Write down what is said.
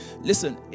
listen